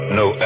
no